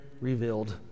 revealed